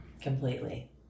Completely